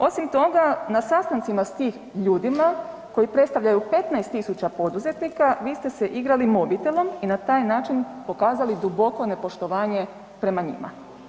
Osim toga, na sastancima s tim ljudima koji predstavljaju 15 000 poduzetnika, vi ste se igrali mobitelom i na taj način pokazali duboko nepoštivanje prema njima.